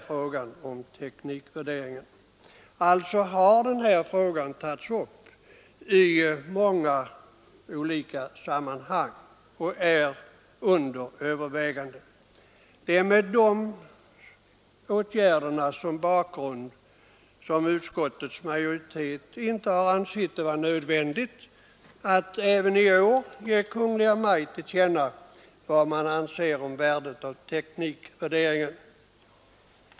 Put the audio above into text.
Frågan om teknik värderingen har alltså tagits upp i många olika sammanhang och är för Nr 133 närvarande under övervägande. Onsdagen den Det är mot bakgrund av dessa åtgärder som utskottets majoritet inte 14 november 1973 har ansett det vara nödvändigt att även i år ge Kungl. Maj:t till känna vad man anser om värdet av teknikvärdering.